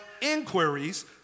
inquiries